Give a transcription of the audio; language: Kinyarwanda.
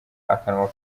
akanwa